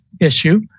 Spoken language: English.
issue